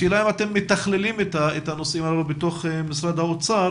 השאלה אם אתם מתכללים את הנושאים הללו בתוך משרד האוצר